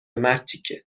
مرتیکه